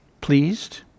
pleased